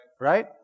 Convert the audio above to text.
Right